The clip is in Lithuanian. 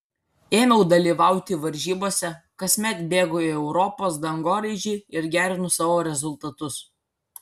ėmiau dalyvauti varžybose kasmet bėgu į europos dangoraižį ir gerinu savo rezultatus